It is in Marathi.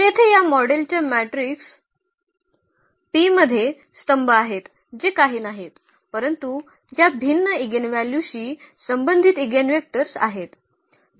तर येथे या मॉडेलच्या मॅट्रिक्स P मध्ये स्तंभ आहेत जे काही नाहीत परंतु या भिन्न इगेनव्ह्ल्यूशी संबंधित इगेनवेक्टर्स आहेत